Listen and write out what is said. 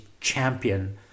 champion